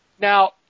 Now